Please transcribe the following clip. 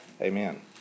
Amen